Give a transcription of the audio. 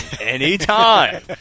anytime